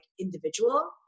individual